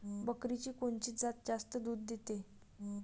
बकरीची कोनची जात जास्त दूध देते?